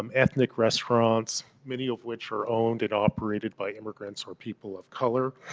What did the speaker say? um ethnic restaurants, many of which are owned and operated by immigrants or people of color